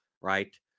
right